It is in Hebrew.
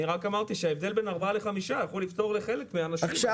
אמרתי רק שההבדל בין ארבעה לחמישה יכול לפתור לחלק מן האנשים את